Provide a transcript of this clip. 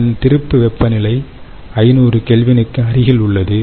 இதன் திருப்பு வெப்பநிலை 500K க்கு அருகில் உள்ளது